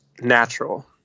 natural